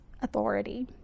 authority